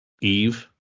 Eve